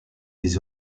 des